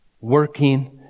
working